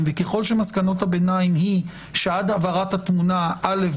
וככל שמסקנות הביניים הן שעד הבהרת התמונה א',